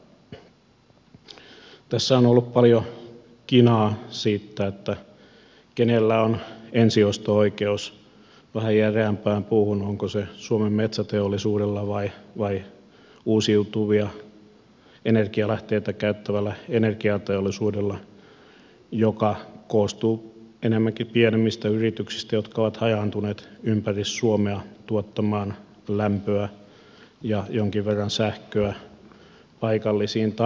tässä on ollut paljon kinaa siitä kenellä on ensiosto oikeus vähän järeämpään puuhun onko se suomen metsäteollisuudella vai uusiutuvia energialähteitä käyttävällä energiateollisuudella joka koostuu enemmänkin pienemmistä yrityksistä jotka ovat hajaantuneet ympäri suomea tuottamaan lämpöä ja jonkin verran sähköä paikallisiin tarpeisiin